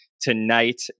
tonight